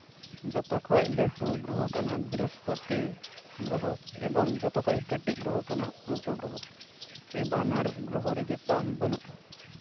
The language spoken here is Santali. ᱡᱚᱛᱚ ᱠᱷᱚᱡ ᱞᱟᱹᱴᱩ ᱜᱨᱚᱦᱚ ᱠᱟᱱᱟ ᱵᱨᱤᱦᱚᱥᱯᱚᱛᱤ ᱜᱨᱚᱦᱚ ᱮᱵᱚᱝ ᱡᱚᱛᱚ ᱠᱷᱚᱡ ᱠᱟᱹᱴᱤᱡ ᱜᱨᱚᱦᱚ ᱠᱟᱱᱟ ᱯᱞᱩᱴᱳ ᱜᱨᱚᱦᱚ ᱥᱮ ᱵᱟᱱᱟᱨ ᱜᱨᱚᱦᱚ ᱨᱮᱜᱮ ᱯᱨᱟᱱ ᱵᱟᱹᱱᱩᱜᱼᱟ